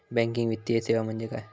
Banking वित्तीय सेवा म्हणजे काय?